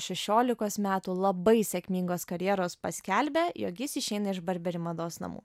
šešiolikos metų labai sėkmingos karjeros paskelbė jog jis išeina iš barberi mados namų